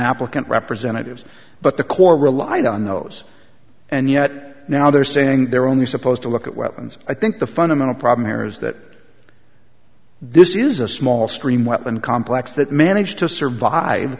applicant representatives but the core relied on those and yet now they're saying they're only supposed to look at weapons i think the fundamental problem here is that this is a small stream weapon complex that managed to survive